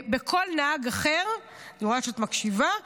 כל נהג אחר, אני רואה שאת מקשיבה,